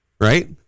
right